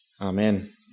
Amen